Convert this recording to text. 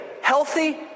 healthy